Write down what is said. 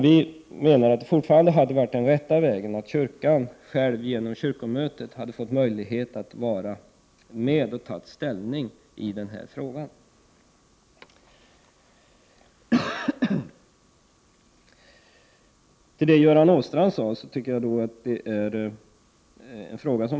Vi menar att den rätta vägen hade varit att kyrkan genom kyrkomötet fått möjlighet att vara med att ta ställning till denna fråga.